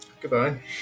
Goodbye